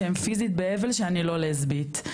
שהם פיזית באבל שאני לא לסבית,